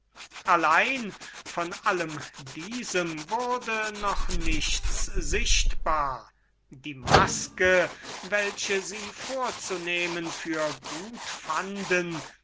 allein von allem diesem wurde noch nichts sichtbar die maske welche sie vorzunehmen für gut fanden